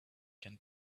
can